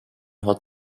hot